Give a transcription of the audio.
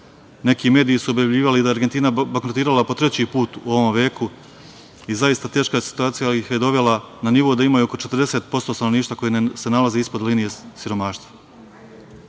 Neki mediji su objavljivali da je Argentina bankrotirala po treći put u ovom veku i zaista teška situacija ih je dovela na nivo da imaju oko 40% stanovništva koje se nalazi ispod linije siromaštva. Ugovor